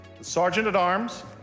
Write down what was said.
Sergeant-at-Arms